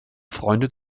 freunde